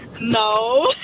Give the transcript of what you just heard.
No